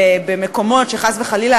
במקומות שחס וחלילה,